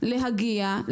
ואני מציע להגיע,